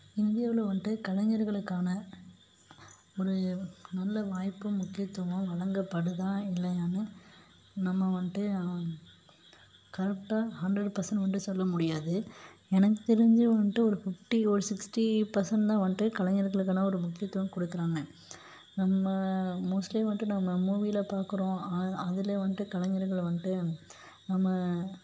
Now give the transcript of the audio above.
இந்தியாவில் வந்துட்டு கலைஞர்களுக்கான ஒரு நல்ல வாய்ப்பு முக்கியத்துவம் வழங்கப்படுதா இல்லையான்னு நம்ம வந்துட்டு கரெக்டாக ஹண்ட்ரடு பர்சண்ட் வந்து சொல்ல முடியாது எனக்கு தெரிஞ்சு வந்துட்டு ஒரு ஃபிஃப்ட்டி ஒரு சிக்ஸ்ட்டி பர்சண்ட் தான் வந்துட்டு கலைஞர்களுக்கான ஒரு முக்கியத்துவம் கொடுக்குறாங்க நம்ம மோஸ்ட்லி வந்துட்டு நம்ம மூவியில் பார்க்குறோம் அதில் வந்துட்டு கலைஞர்களை வந்துட்டு நம்ம